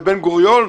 בבן גוריון?